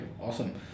awesome